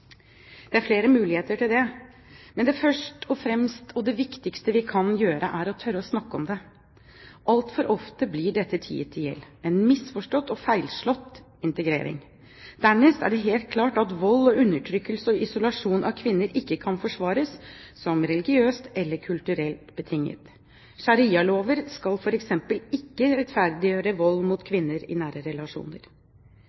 Det er flere muligheter til det, men det første og viktigste vi kan gjøre, er å tørre å snakke om det. Altfor ofte blir dette tiet i hjel, en misforstått og feilslått integrering. Dernest er det helt klart at vold og undertrykkelse og isolasjon av kvinner ikke kan forsvares som religiøst eller kulturelt betinget. Sharialover skal f.eks. ikke rettferdiggjøre vold mot